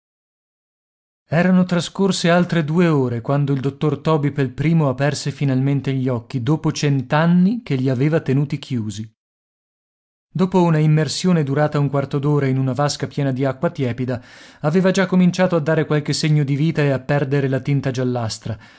erano trascorse altre due ore quando il dottor toby pel primo aperse finalmente gli occhi dopo cent'anni che li aveva tenuti chiusi dopo una immersione durata un quarto d'ora in una vasca piena di acqua tiepida aveva già cominciato a dare qualche segno di vita e a perdere la tinta giallastra